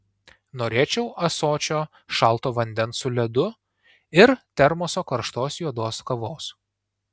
norėčiau ąsočio šalto vandens su ledu ir termoso karštos juodos kavos